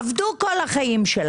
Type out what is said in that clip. עבדו כל חייהם,